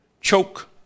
choke